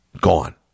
gone